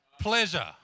pleasure